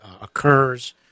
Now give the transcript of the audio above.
occurs